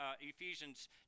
Ephesians